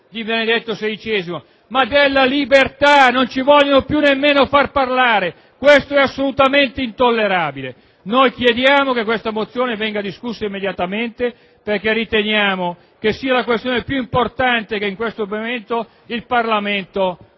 di Benedetto XVI, ma della libertà. Non ci vogliono più nemmeno far parlare, questo è assolutamente intollerabile! Noi chiediamo che questa mozione venga discussa immediatamente, perché riteniamo che sia la questione più importante che, in questo momento, il Parlamento